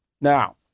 Now